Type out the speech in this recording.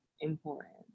important